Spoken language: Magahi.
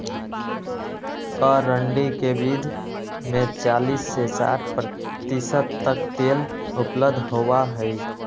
अरंडी के बीज में चालीस से साठ प्रतिशत तक तेल उपलब्ध होबा हई